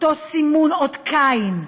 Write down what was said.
אותו סימון אות קין,